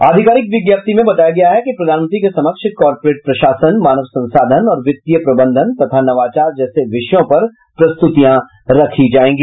आधिकारिक विज्ञप्ति में बताया गया कि प्रधानमंत्री के समक्ष कार्पोरेट प्रशासन मानव संसाधन और वित्तीय प्रबंधन तथा नवाचार जैसे विषयों पर प्रस्तुतियां रखी जायेंगी